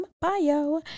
bio